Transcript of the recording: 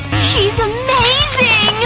she's amazing!